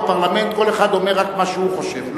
בפרלמנט, כל אחד אומר רק מה שהוא חושב.